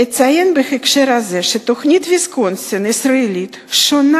אציין בהקשר הזה שתוכנית ויסקונסין הישראלית שונה